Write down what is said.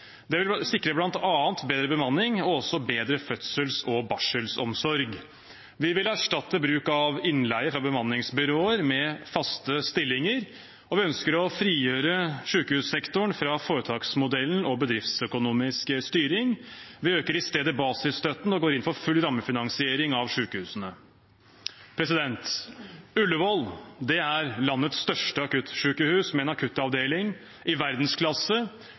Det vil sikre bl.a. bedre bemanning og også bedre fødsels- og barselomsorg. Vi vil erstatte bruk av innleie fra bemanningsbyråer med faste stillinger, og vi ønsker å frigjøre sykehussektoren fra foretaksmodellen og bedriftsøkonomisk styring. Vi øker i stedet basisstøtten og går inn for full rammefinansiering av sykehusene. Ullevål er landets største akuttsykehus med en akuttavdeling i verdensklasse